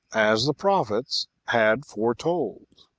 as the prophets had foretold.